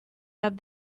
have